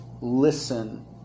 listen